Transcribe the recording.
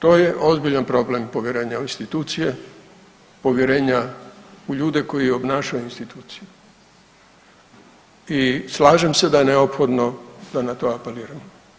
To je ozbiljan problem problema u institucije, povjerenja u ljude koji obnašaju instituciju i slažem se da je neophodno da na to apelira.